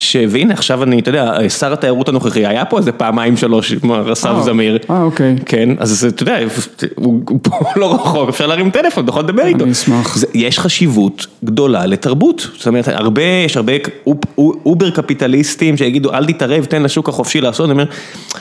שהבין, עכשיו אני, אתה יודע, שר התיירות הנוכחי היה פה איזה פעמיים שלוש עם אסף זמיר. אה, אוקיי. כן, אז אתה יודע, הוא פה לא רחוק, אפשר להרים טלפון, אתה יכול לדבר איתו. אני אשמח. יש חשיבות גדולה לתרבות. זאת אומרת, הרבה, יש הרבה אובר קפיטליסטים שיגידו, אל תתערב, תן לשוק החופשי לעשות, אני אומר,